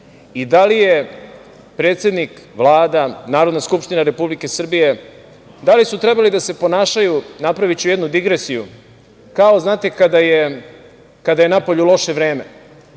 i da li je predsednik, Vlada, Narodna skupština Republike Srbije, da li su trebali da se ponašaju, napraviću jednu digresiju, kao znate kada je napolju loše vreme